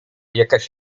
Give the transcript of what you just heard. jakaś